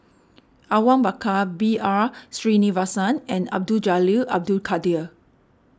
Awang Bakar B R Sreenivasan and Abdul Jalil Abdul Kadir